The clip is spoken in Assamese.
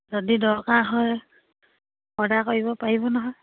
যদি দৰকাৰ হয় অৰ্ডাৰ কৰিব পাৰিব নহয়